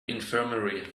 infirmary